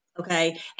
okay